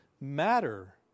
matter